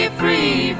free